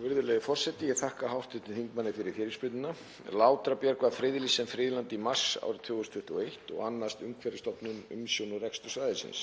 Virðulegi forseti. Ég þakka hv. þingmanni fyrir fyrirspurnina. Látrabjarg var friðlýst sem friðland í mars árið 2021 og annast Umhverfisstofnun umsjón og rekstur svæðisins.